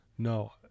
No